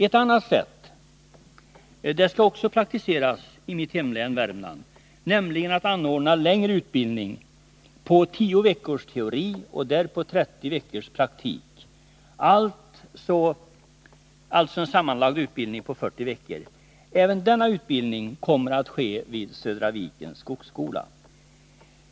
Ett annat sätt, som också skall praktiseras i mitt hemlän Värmland, är att anordna längre utbildning med 10 veckors teori och därpå 30 veckors praktik. dvs. en sammanlagd utbildning på 40 veckor. Även denna utbildning kommer att ske vid Södra Vikens skogsskola.